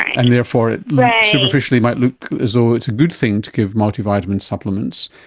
and therefore it superficially might look as though it's a good thing to give multivitamin supplements.